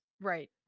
Right